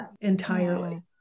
entirely